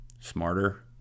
smarter